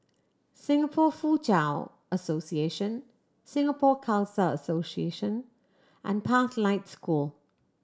Singapore Foochow Association Singapore Khalsa Association and Pathlight School